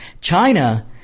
China